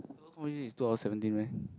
the whole conversation is two hour seventeen meh